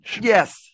Yes